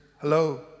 hello